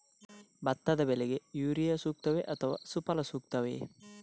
ಭತ್ತದ ಬೆಳೆಗೆ ಯೂರಿಯಾ ಸೂಕ್ತವೇ ಅಥವಾ ಸುಫಲ ಸೂಕ್ತವೇ?